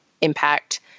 impact